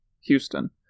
Houston